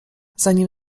zanim